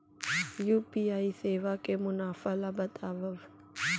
UPI सेवा के मुनाफा ल बतावव?